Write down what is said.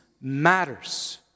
matters